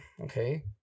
okay